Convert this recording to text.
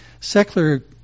secular